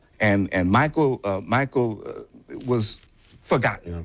and and michael ah michael was forgotten.